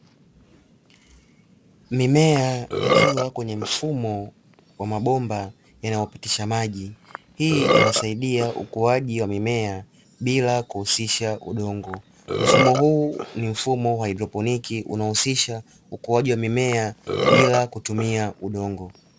Mimea ikiwa kwenye mfumo wa mabomba yanayopitisha maji hii inasaidia ukuaji wa mimea bila kuhusisha udongo, mfumo huu ni mfumo wa haidroponiki unaohusisha ukuaji wa mimea bila kutumia udongo.